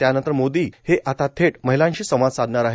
त्यानंतर मोदी हे आता थेट महिलांशी संवाद साधणार आहेत